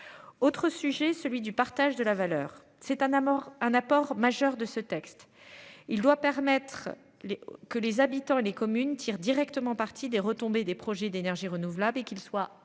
Autre sujet, celui du partage de la valeur, c'est un à mort un apport majeur de ce texte. Il doit permettre les que les habitants des communes tire directement partie des retombées des projets d'énergies renouvelables et qu'il soit associé